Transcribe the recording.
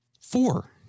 Four